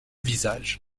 visage